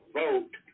vote